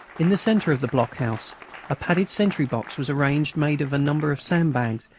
in the centre of the block-house a padded sentry-box was arranged made of a number of sand-bags,